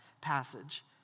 passage